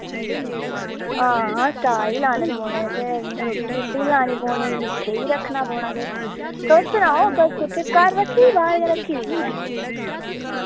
हां स्टाल बी लाने पौने ते इ'य्यां रुट्टी शुट्टी बी लाने पौनी मिट्ठे बी रक्खना पौना किश तुस सनाओ तुस कुत्थे घर रक्खी बाह्र गै रक्खी दी कुतै